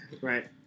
Right